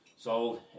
sold